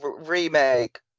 remake